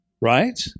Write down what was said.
right